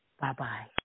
Bye-bye